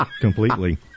completely